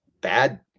bad